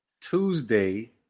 Tuesday